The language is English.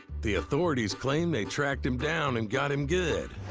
the authorities claimed they tracked him down and got him good,